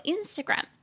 Instagram